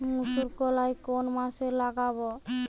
মুসুরকলাই কোন মাসে লাগাব?